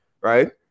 Right